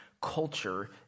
culture